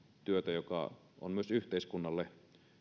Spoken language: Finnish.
työtä joka on myös yhteiskunnalle